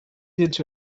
into